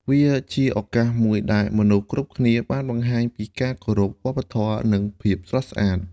វាជាឱកាសមួយដែលមនុស្សគ្រប់គ្នាបានបង្ហាញពីការគោរពវប្បធម៌និងភាពស្រស់ស្អាត។